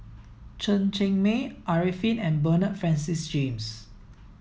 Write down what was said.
Chen Cheng Mei Arifin and Bernard Francis James